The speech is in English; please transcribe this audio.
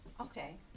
okay